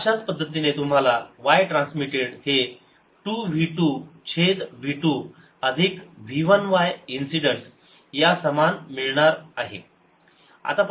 आता अशाच पद्धतीने पुन्हा तुम्हाला y ट्रान्समिटेड हे2 v 2 छेद v2 अधिक v 1 y इन्सिडेंट या समान आहे असे मिळणार आहे